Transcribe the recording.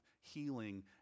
healing